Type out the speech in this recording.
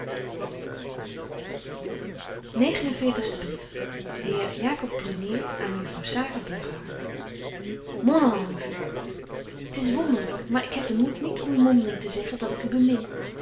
de heer jacob brunier aan mejuffrouw sara burgerhart mon ange t is wonderlyk maar ik heb den moed niet om u mondeling te zeggen dat ik u bemin